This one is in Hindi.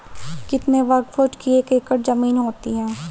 कितने वर्ग फुट की एक एकड़ ज़मीन होती है?